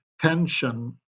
tension